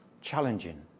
challenging